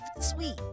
sweet